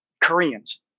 Koreans